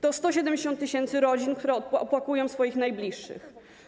To 170 tys. rodzin, które opłakują swoich najbliższych.